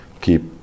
keep